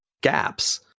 gaps